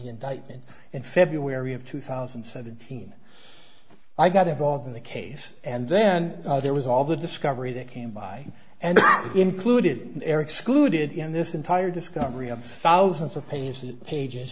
indictment in february of two thousand and seventeen i got involved in the case and then there was all the discovery that came by and it included air excluded in this entire discovery of thousands of pages and pages